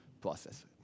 process